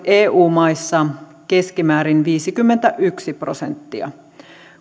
eu maissa keskimäärin viisikymmentäyksi prosenttia